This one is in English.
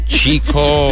Chico